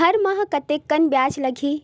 हर माह कतेकन ब्याज लगही?